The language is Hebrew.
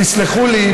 תסלחו לי,